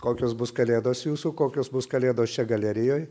kokios bus kalėdos jūsų kokios bus kalėdos čia galerijoj